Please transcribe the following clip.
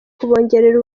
kubongerera